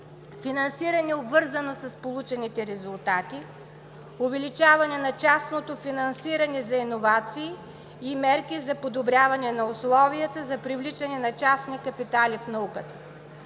финансиране, обвързано с получените резултати; увеличаване на частното финансиране за иновации и мерки за подобряване на условията за привличане на частни капитали в науката;